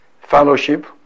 fellowship